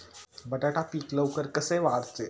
बटाटा पीक लवकर कसे वाढते?